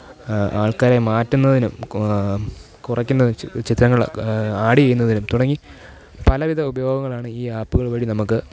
ആൾക്കാരെ മാറ്റുന്നതിനും ക് കുറയ്ക്കുന്നത് ച് ചിത്രങ്ങൾ ആഡ്യ്യുന്നതിനും തുടങ്ങി പലവിധ ഉപയോഗങ്ങളാണ് ഈ ആപ്പുകൾ വഴി നമുക്ക്